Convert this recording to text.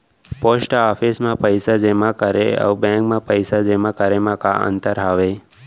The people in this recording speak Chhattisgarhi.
पोस्ट ऑफिस मा पइसा जेमा करे अऊ बैंक मा पइसा जेमा करे मा का अंतर हावे